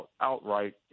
outright